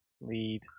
lead